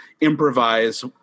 improvise